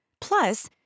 Plus